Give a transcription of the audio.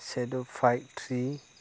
said' फाइड three